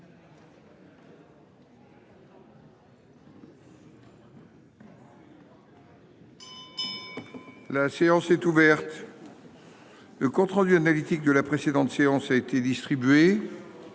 La séance est ouverte. Le compte rendu analytique de la précédente séance a été distribué.